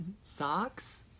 socks